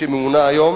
שהיא ממונה היום